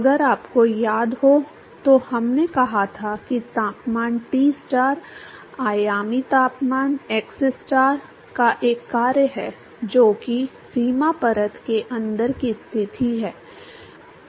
अगर आपको याद हो तो हमने कहा था कि तापमान Tstar आयामी तापमान xstar का एक कार्य है जो कि सीमा परत के अंदर की स्थिति है